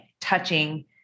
touching